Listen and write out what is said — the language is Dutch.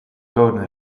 gouden